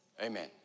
Amen